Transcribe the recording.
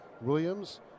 Williams